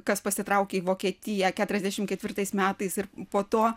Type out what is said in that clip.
kas pasitraukė į vokietiją keturiasdešimt ketvirtais metais ir po to